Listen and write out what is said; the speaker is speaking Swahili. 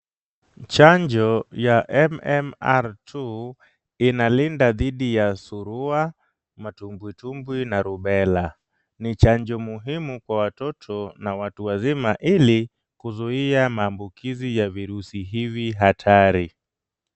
MMR2 inalinda dhidi ya surua, matumwi tumwi na rubela, ni chanjo muhimu kwa watoto na watu wazima ili kuzuia maambukizi ya virusi hivi hatari.